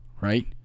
Right